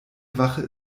wache